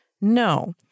No